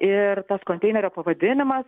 ir tas konteinerio pavadinimas